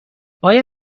آیا